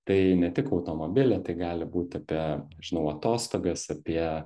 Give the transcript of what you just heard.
tai ne tik automobilį tai gali būt apie nežinau atostogas apie